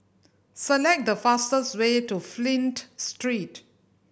select the fastest way to Flint Street